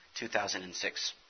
2006